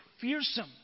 fearsome